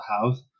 house